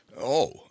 Oh